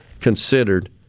considered